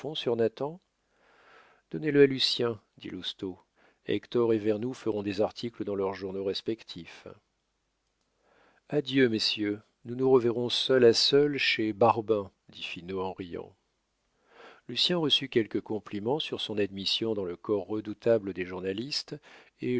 à lucien dit lousteau hector et vernou feront des articles dans leurs journaux respectifs adieu messieurs nous nous reverrons seul à seul chez barbin dit finot en riant lucien reçut quelques compliments sur son admission dans le corps redoutable des journalistes et